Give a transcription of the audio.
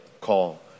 call